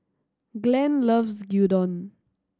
Glenn loves Gyudon